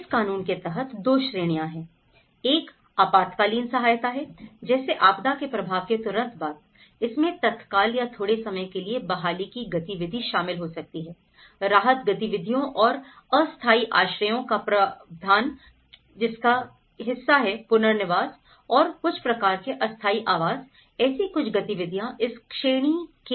इस कानून के तहत 2 श्रेणियां हैं एक आपातकालीन सहायता है जैसे आपदा के प्रभाव के तुरंत बाद इसमें तत्काल या थोड़े समय के लिए बहाली की गतिविधि शामिल हो सकती है राहत गतिविधियों और अस्थायी आश्रयों का प्रावधान जिसका हिस्सा है पुनर्वास और कुछ प्रकार के अस्थायी आवास ऐसी कुछ गतिविधियां इस श्रेणी के अंतर्गत आती हैं